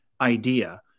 idea